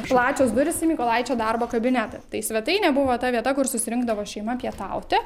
plačios durys į mykolaičio darbo kabinetą tai svetainė buvo ta vieta kur susirinkdavo šeima pietauti